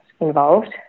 involved